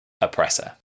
oppressor